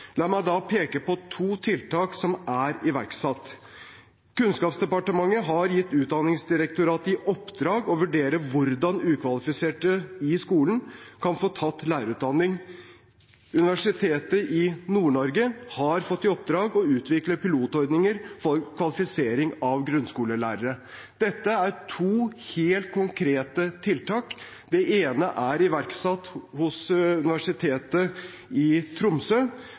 La meg da peke på to tiltak som er iverksatt. Kunnskapsdepartementet har gitt Utdanningsdirektoratet i oppdrag å vurdere hvordan ukvalifiserte i skolen kan få tatt lærerutdanning. Universitetet i Nord-Norge har fått i oppdrag å utvikle pilotordninger for kvalifisering av grunnskolelærere. Dette er to helt konkrete tiltak. Det ene er iverksatt hos Universitetet i Tromsø,